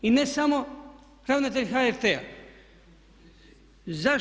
I ne samo ravnatelj HRT-a.